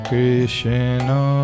Krishna